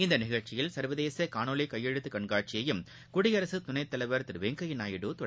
இந்நிகழ்ச்சியில் சர்வதேச காணொலி கையெழுத்து கண்காட்சியையும் குடியரசு துணைத் தலைவர் திரு வெங்கையா நாயுடு தொடங்கி வைத்தார்